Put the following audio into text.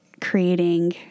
creating